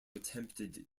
attempted